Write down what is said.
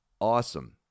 Awesome